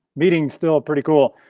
meeting still pretty cool.